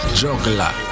juggler